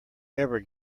ever